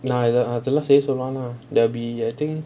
அதுலாம் செய்ய சொல்லுவானா:athulaam seiya solluvaanaa the be I think